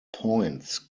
points